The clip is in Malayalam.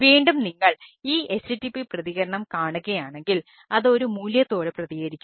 വീണ്ടും നിങ്ങൾ ഈ http പ്രതികരണം കാണുകയാണെങ്കിൽ അത് ഒരു മൂല്യത്തോടെ പ്രതികരിക്കുന്നു